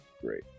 great